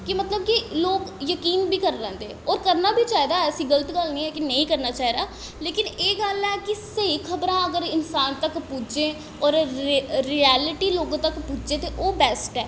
कि मतलब कि लोग जकीन बी करी लैंदे होर करना बी चाहिदा ऐसी गल्त गल्ल निं ऐ कि नेईं करना चाहिदा लेकिन एह् गल्ल ऐ कि स्हेई खबरां अगर इन्सान तक पुज्जै होर रि रियैलटी लोगों तक पुज्जै ते ओह् बैस्ट ऐ